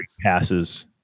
passes